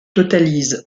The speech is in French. totalise